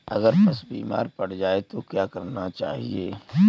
अगर पशु बीमार पड़ जाय तो क्या करना चाहिए?